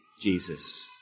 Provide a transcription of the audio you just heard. Jesus